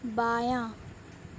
بایاں